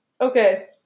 Okay